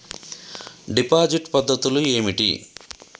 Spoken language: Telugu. డిపాజిట్ పద్ధతులు ఏమిటి?